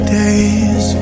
days